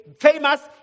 famous